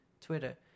Twitter